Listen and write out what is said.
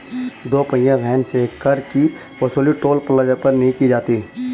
दो पहिया वाहन से कर की वसूली टोल प्लाजा पर नही की जाती है